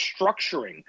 structuring